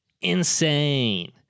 insane